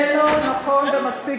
בממשלה.